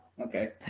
Okay